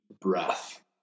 breath